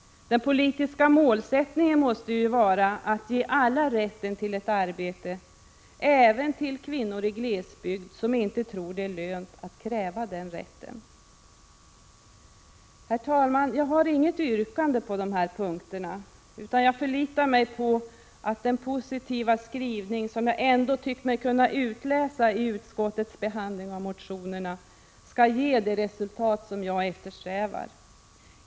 Den politiska målsättningen måste ju vara att ge alla rätten till ett arbete, även till kvinnor i glesbygd vilka inte tror det är lönt att kräva den rätten. Herr talman! Jag har inget yrkande på de här punkterna, utan förlitar mig på att den positiva skrivning som jag tyckt mig kunna utläsa i utskottets behandling av motionerna, ändå skall ge det resultat som jag eftersträvar.